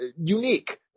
unique